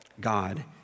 God